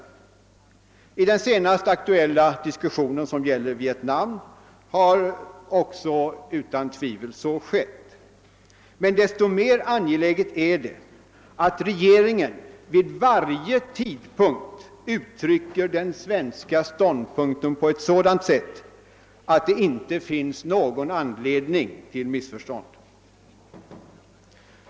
I den senast aktuella diskussionen, som gäller Vietnam, har också utan tvivel så skett. Men desto mer angeläget är det att regeringen vid varje tidpunkt uttrycker den svenska ståndpunkten på ett sådant sätt, att det inte finns någon anledning till missförstånd.